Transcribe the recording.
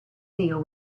deal